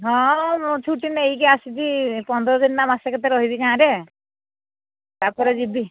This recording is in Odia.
ହଁ ମୁଁ ଛୁଟି ନେଇକି ଆସିବି ପନ୍ଦର ଦିନି ନା ମାସେ କେତେ ରହିବି ଗାଁରେ ତାପରେ ଯିବି